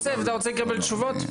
יוסף, אתה רוצה לקבל תשובות?